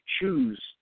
choose